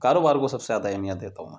کاروبار کو سب سے زیادہ اہمیت دیتا ہوں میں